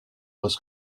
was